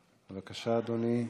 בבקשה, אדוני.